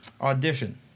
audition